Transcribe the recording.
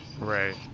Right